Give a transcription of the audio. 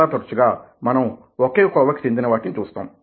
చాలా తరచుగా మనం ఒకే కోవకి చెందిన వాటిని చూస్తాం